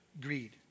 greed